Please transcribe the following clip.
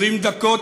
20 דקות.